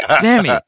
Sammy